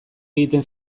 egiten